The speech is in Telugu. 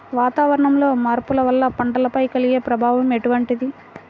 వాతావరణంలో మార్పుల వల్ల పంటలపై కలిగే ప్రభావం ఎటువంటిది?